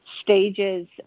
stages